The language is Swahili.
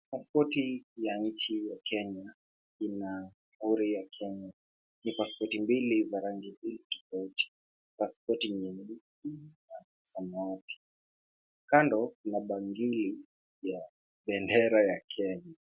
Pasipoti ya nchi ya Kenya ina muhuri ya Kenya. Ni pasipoti mbili za rangi mbili tofauti, pasipoti nyeusi na samawati. Kando kuna bangili ya bendera ya Kenya.